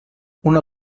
una